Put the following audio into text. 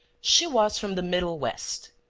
she was from the middle-west,